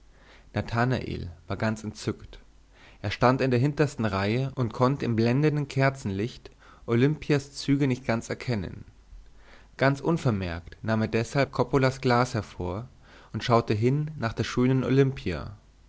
nathanael war ganz entzückt er stand in der hintersten reihe und konnte im blendenden kerzenlicht olimpias züge nicht ganz erkennen ganz unvermerkt nahm er deshalb coppolas glas hervor und schaute hin nach der schönen olimpia